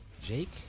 Jake